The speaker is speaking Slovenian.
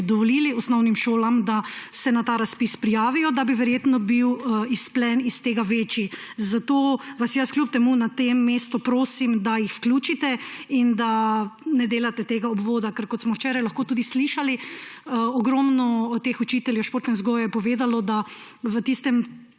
dovolili osnovnim šolam, da se na ta razpis prijavijo, bi bil verjetno izplen iz tega večji. Zato vas kljub temu na tem mestu prosim, da jih vključite in da ne delate tega obvoda. Ker kot smo včeraj lahko slišali, je ogromno učiteljev športne vzgoje povedalo, da v tistem